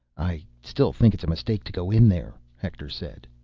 i still think it's a mistake to go in there. hector said.